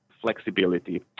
flexibility